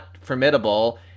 formidable